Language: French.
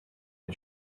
les